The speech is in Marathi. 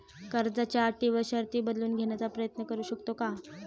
कर्जाच्या अटी व शर्ती बदलून घेण्याचा प्रयत्न करू शकतो का?